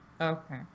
Okay